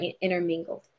intermingled